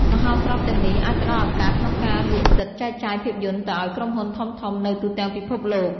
មហោស្រពទាំងនេះ អាចផ្តល់ឱកាសក្នុងការលក់សិទ្ធិចែកចាយភាពយន្តទៅឲ្យក្រុមហ៊ុនធំៗនៅទូទាំងពិភពលោក។